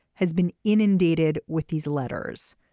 has been inundated with these letters.